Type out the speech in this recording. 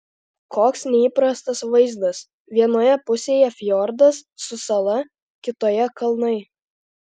koks neįprastas vaizdas vienoje pusėje fjordas su sala kitoje kalnai